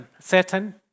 Satan